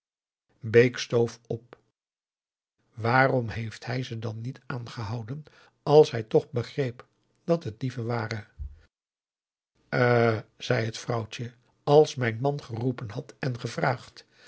bake stoof op waarom heeft hij ze dan niet aangehouden als hij toch begreep dat t dieven waren eh zei het vrouwtje als mijn man geroepen had en gevraagd